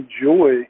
enjoy